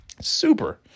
Super